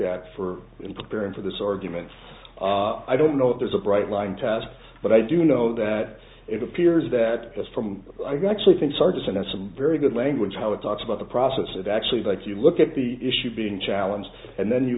at for preparing for this argument i don't know if there's a bright line test but i do know that it appears that it's from actually thinks artists and some very good language how it talks about the process of actually like you look at the issue being challenged and then you